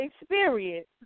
experience